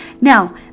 now